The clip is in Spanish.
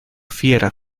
fiera